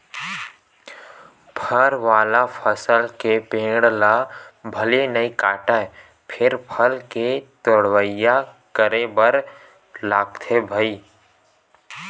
फर वाला फसल के पेड़ ल भले नइ काटय फेर फल के तोड़ाई करे बर लागथे भईर